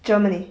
germany